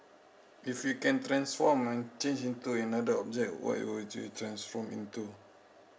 if you can transform and change into another object what would you transform into